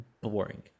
boring